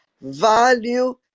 Value